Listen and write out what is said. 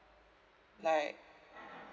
like